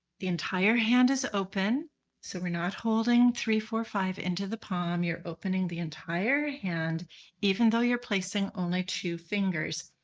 the entire hand is open so we're not holding three four five into the palm. you're opening the entire hand even though you're placing only two fingers.